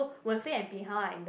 Wen Fei and bin hao are in the